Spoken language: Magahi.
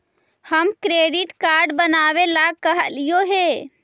हम क्रेडिट कार्ड बनावे ला कहलिऐ हे?